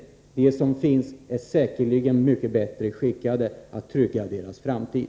Den ledning som finns är säkerligen mycket bättre skickad att trygga deras framtid.